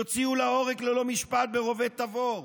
יוציאו להורג ללא משפט ברובי תבור,